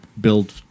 build